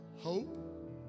hope